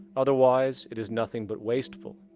otherwise, it is nothing but wasteful.